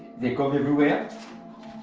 they come everywhere